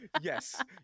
Yes